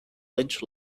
lynch